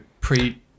pre